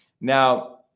Now